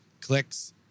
clicks